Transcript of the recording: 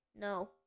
No